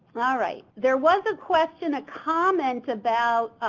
ah right. there was a question a comment about,